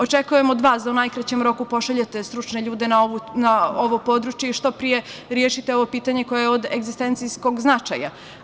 Očekujem od vas da u najkraćem roku pošaljete stručne ljude na ovo područje i što pre rešite ovo pitanje koje je od egzistencijskog značaja.